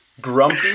Grumpy